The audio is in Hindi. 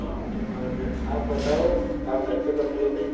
हाँ तो आज आप बताओ आप घर पे कब मिलोगे